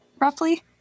roughly